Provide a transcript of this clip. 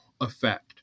effect